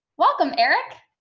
welcome, eric!